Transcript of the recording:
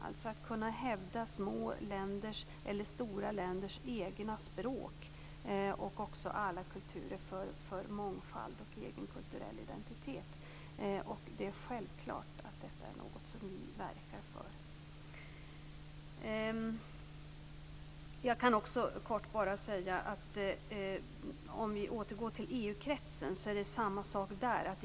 Det handlar om att hävda små eller stora länders egna språk och alla kulturer för mångfald och egen kulturell identitet. Det är självklart att detta är något som vi verkar för. Om vi återgår till EU-kretsen kan jag kort säga att det är samma sak där.